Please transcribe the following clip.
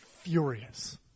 furious